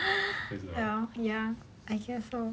oh ya I guess so